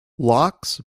locks